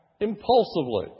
impulsively